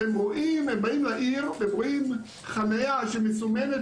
הם באים לעיר והם רואים חניה שמסומנת